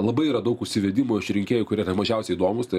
labai yra daug užsivedimo iš rinkėjų kurie ten mažiausiai įdomūs tai